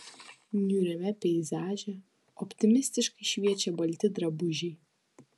niūriame peizaže optimistiškai šviečia balti drabužiai